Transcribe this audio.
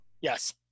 Yes